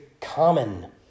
common